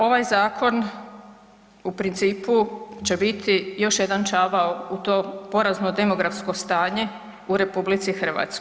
Ovaj zakon u principu će biti još jedan čavao u to porazno demografsko stanje u RH.